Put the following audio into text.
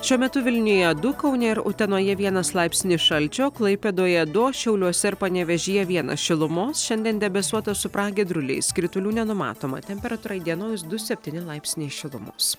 šiuo metu vilniuje du kaune ir utenoje vienas laipsnis šalčio klaipėdoje du šiauliuose ir panevėžyje vienas šilumos šiandien debesuota su pragiedruliais kritulių nenumatoma temperatūra įdienojus du septyni laipsniai šilumos